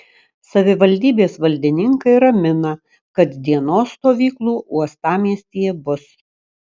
savivaldybės valdininkai ramina kad dienos stovyklų uostamiestyje bus